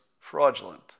fraudulent